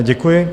Děkuji.